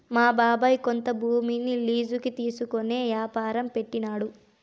మా బాబాయ్ కొంత భూమిని లీజుకి తీసుకునే యాపారం పెట్టినాడు